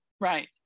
Right